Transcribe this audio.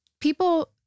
people